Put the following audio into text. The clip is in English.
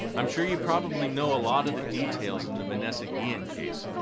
i'm sure you probably know a lot of the details in the vanessa guillen case,